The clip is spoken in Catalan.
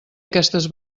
aquestes